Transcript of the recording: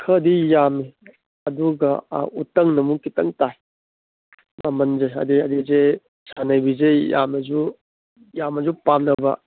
ꯈꯔꯗꯤ ꯌꯥꯝꯃꯦ ꯑꯗꯨꯒ ꯎꯇꯪꯅ ꯑꯃꯨꯛ ꯈꯤꯇꯪ ꯇꯥꯏ ꯃꯃꯟꯁꯦ ꯍꯥꯏꯗꯤ ꯑꯅꯤꯁꯦ ꯁꯟꯅꯩꯕꯤꯁꯦ ꯌꯥꯝꯅꯁꯨ ꯌꯥꯝꯅꯁꯨ ꯄꯥꯝꯅꯕ